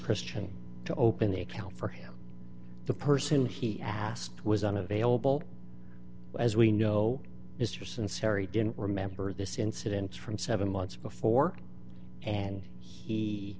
christian to open the account for him the person he asked was unavailable as we know mr sunseri didn't remember this incident from seven months before and he